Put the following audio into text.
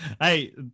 Hey